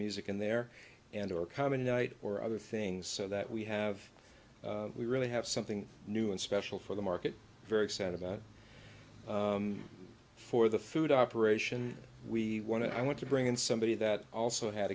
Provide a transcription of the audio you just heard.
music in there and or come in a night or other things so that we have we really have something new and special for the market very excited about for the food operation we want to i want to bring in somebody that also had